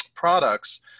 products